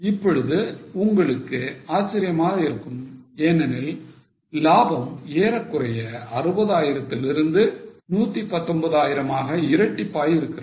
இப்பொழுது உங்களுக்கு ஆச்சரியமாக இருக்கும் ஏனெனில் லாபம் ஏறக்குறைய 60000 லிருந்து 119 ஆயிரமாக இரட்டிப்பாகி இருக்கிறது